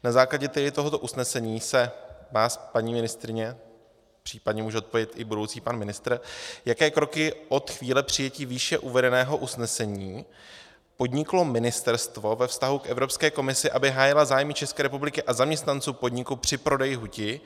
Na základě tohoto usnesení se vás, paní ministryně, případně může odpovědět i budoucí pan ministr, , jaké kroky od chvíle přijetí výše uvedeného usnesení podniklo ministerstvo ve vztahu k Evropské komisi, aby hájila zájmy České republiky a zaměstnanců podniku při prodeji huti.